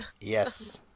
Yes